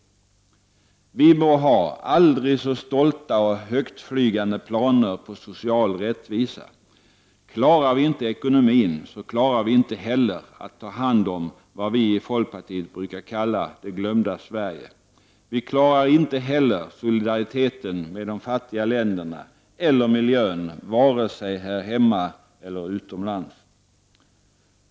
Vi må ha aldrig så stolta och högtflygande planer på social rättvisa, men klarar vi inte ekonomin, klarar vi inte heller att ta hand om vad vi i folkpar tiet brukar kalla det glömda Sverige. Vi klarar inte heller solidariteten med de fattiga länderna eller miljön, varken här hemma eller utomlands.